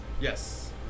Yes